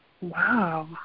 Wow